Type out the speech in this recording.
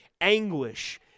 anguish